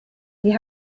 sie